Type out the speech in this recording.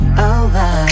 over